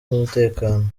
n’umutekano